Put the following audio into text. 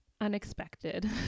unexpected